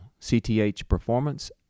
cthperformance